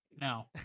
no